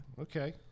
Okay